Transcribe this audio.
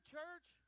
church